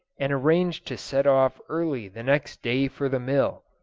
and arranged to set off early the next day for the mill.